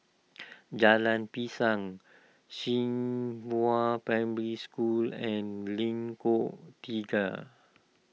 Jalan Pisang Zhenghua Primary School and Lengkong Tiga